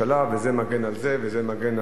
וזה מגן על זה וזה מגן על ההוא.